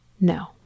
no